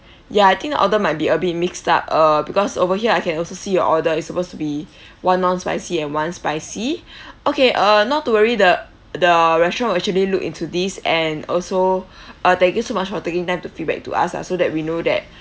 ya I think the order might be a bit mixed up uh because over here I can also see your order is supposed to be one non spicy and one spicy okay uh not to worry the the restaurant will actually look into this and also uh thank you so much for taking time to feedback to us ah so that we know that